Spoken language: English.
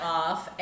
off